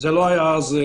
זה לא היה באחריותנו.